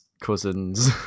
cousins